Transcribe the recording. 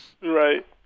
Right